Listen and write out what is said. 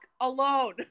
alone